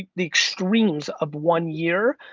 the extremes of one year,